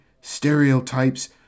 stereotypes